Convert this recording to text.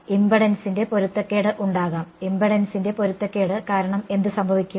ഇംപെഡൻസിന്റെ പൊരുത്തക്കേട് ഉണ്ടാകാം ഇംപെഡൻസിന്റെ പൊരുത്തക്കേട് കാരണം എന്ത് സംഭവിക്കും